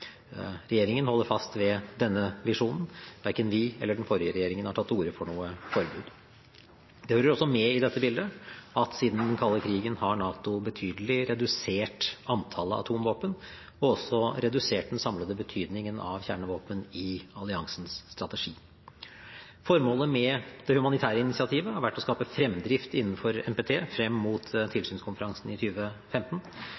Regjeringen holder fast ved denne visjonen. Verken vi eller den forrige regjeringen har tatt til orde for noe forbud. Det hører også med i dette bildet at siden den kalde krigen har NATO redusert antallet atomvåpen betydelig og også redusert den samlede betydningen av kjernevåpen i alliansens strategi. Formålet med det humanitære initiativet har vært å skape fremdrift innenfor NPT frem mot